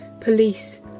police